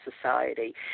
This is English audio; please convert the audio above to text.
Society